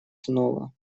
снова